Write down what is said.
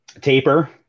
Taper